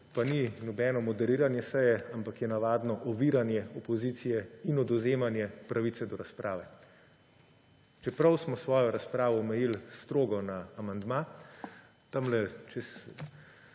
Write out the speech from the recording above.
pa ni nobeno moderiranje seje, ampak je navadno oviranje opozicije in odvzemanje pravice do razprave. Čeprav smo svojo razpravo omejili strogo na amandma, lahko tamle čez